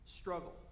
struggle